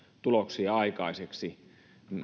tuloksia aikaiseksi